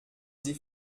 sie